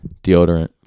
Deodorant